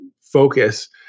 focus